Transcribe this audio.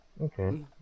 Okay